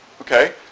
okay